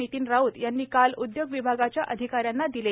नितीन राऊत यांनी काल उद्योग विभागाच्या अधिकाऱ्यांना दिले